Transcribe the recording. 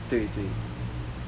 对对